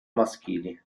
maschili